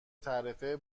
تعرفه